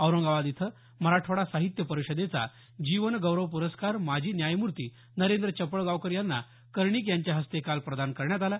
औरंगाबाद इथं मराठवाडा साहित्य परिषदेचा जीवन गौरव प्रस्कार माजी न्यायमूर्ती नरेंद्र चपळगावकर यांना कर्णिक यांच्या हस्ते काल प्रदान करण्यात आला